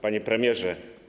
Panie Premierze!